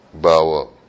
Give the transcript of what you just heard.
Bawa